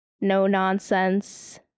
no-nonsense